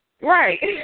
Right